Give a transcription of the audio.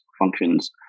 functions